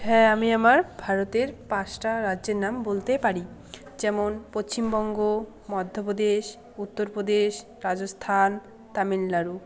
হ্যাঁ আমি আমার ভারতের পাঁচটা রাজ্যের নাম বলতে পারি যেমন পচ্চিমবঙ্গ মধ্যপ্রদেশ উত্তরপ্রদেশ রাজস্থান তামিলনাড়ু